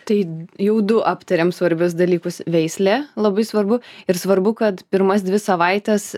tai jau du aptarėm svarbius dalykus veislė labai svarbu ir svarbu kad pirmas dvi savaites